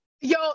Yo